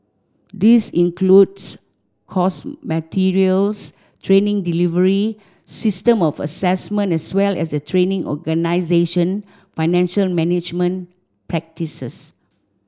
this includes course materials training delivery system of assessment as well as the training organisation financial management practices